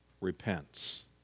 repents